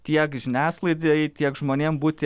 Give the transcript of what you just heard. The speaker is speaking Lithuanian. tiek žiniasklaidai tiek žmonėm būti